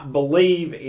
believe